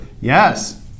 Yes